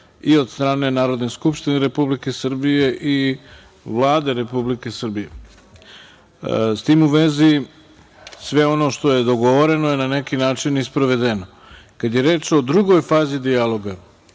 i od strane Narodne skupštine Republike Srbije i Vlade Republike Srbije. S tim u vezi, sve ono što je dogovoreno je na neki način i sprovedeno. Kada je reč o drugoj fazi dijaloga,